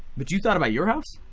but you thought about your house?